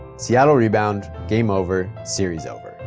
seattle rebound, game over, series over.